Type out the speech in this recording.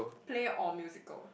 play or musical